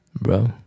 Bro